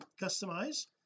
customize